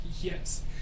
Yes